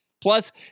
Plus